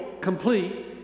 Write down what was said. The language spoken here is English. complete